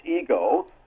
ego